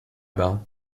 bell